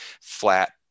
flat